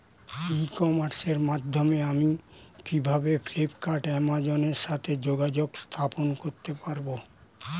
ই কমার্সের মাধ্যমে কিভাবে আমি ফ্লিপকার্ট অ্যামাজন এর সাথে যোগাযোগ স্থাপন করতে পারব?